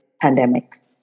pandemic